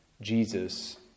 Jesus